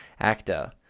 actor